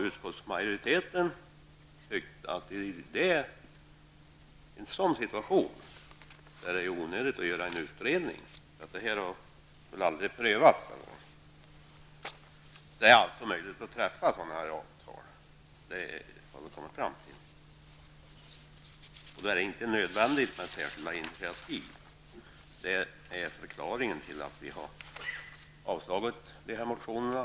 Utskottsmajoriteten har tyckt att det i en sådan situation är onödigt att göra en utredning och frågan skulle därför aldrig prövas. Det är alltså möjligt att träffa sådana här avtal. Det har vi kommit fram till. Då är det inte nödvändigt med särskilda initiativ. Det är förklaringen till att vi har avstyrkt motionerna.